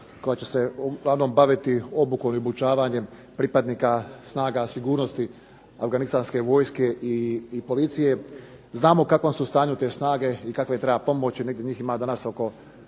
koja će se uglavnom baviti obukom i obučavanjem pripadnika snaga sigurnosti Afganistanske vojske i policije. Znamo u kakvom su stanju te snage i kakva ima treba pomoć, njih ima danas